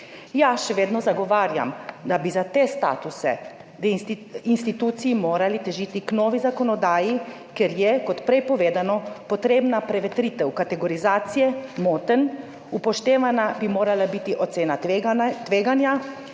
Ja, še vedno zagovarjam, da bi za te statuse institucij morali težiti k novi zakonodaji, ker je, kot prej povedano, potrebna prevetritev kategorizacije motenj, upoštevana bi morala biti ocena tveganja,